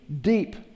deep